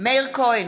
מאיר כהן,